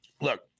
look